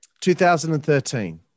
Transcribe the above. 2013